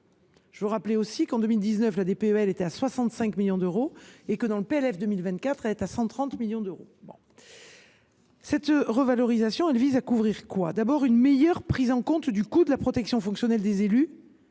de 15 millions d’euros. En 2019, la DPEL était à 65 millions d’euros ; dans le PLF pour 2024, elle est à 130 millions d’euros. Cette revalorisation vise à couvrir, tout d’abord, une meilleure prise en compte du coût de la protection fonctionnelle des élus